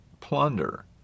plunder